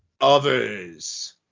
others